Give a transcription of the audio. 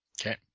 Okay